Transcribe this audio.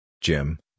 Jim